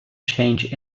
change